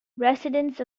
residents